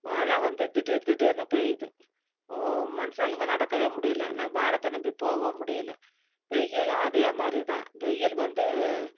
மழை வந்து திடீர் திடீர்ன்னு பெய்யுது மனுஷாளுங்க நடக்கவே முடியலை நான் வானத்தை நம்பி போகவும் முடியலை வெயிலும் அதேமாதிரி தான் வெயில் வந்து